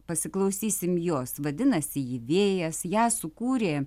pasiklausysim jos vadinasi ji vėjas ją sukūrė